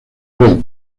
rey